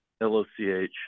L-O-C-H